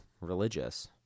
religious